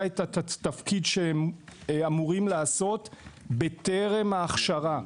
את התפקיד שהם אמורים לעשות בטרם ההכשרה.